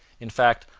in fact,